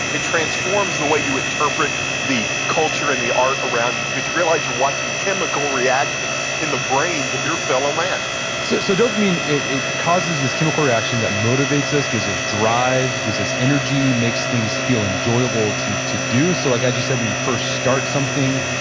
it transforms the way you interpret the culture and the art around you, because you realize you're watching chemical reactions in the brains of your fellow man so, so dopamine, it it causes this chemical reaction that motivates us, gives us drive, gives us energy, makes things feel enjoyable to to do. so like as you said, when you first start something,